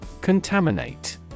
Contaminate